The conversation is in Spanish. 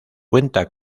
cuenta